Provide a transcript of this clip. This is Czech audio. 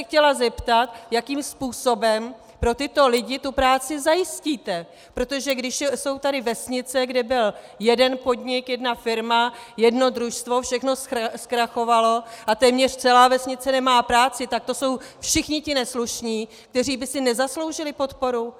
Chtěla bych se zeptat, jakým způsobem pro tyto lidi tu práci zajistíte, protože když jsou tady vesnice, kde byl jeden podnik, jedna firma, jedno družstvo, všechno zkrachovalo a téměř celá vesnice nemá práci, tak to jsou všichni ti neslušní, kteří by si nezasloužili podporu?